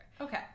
Okay